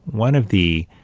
one of the